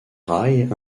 rails